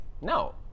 No